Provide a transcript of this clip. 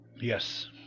yes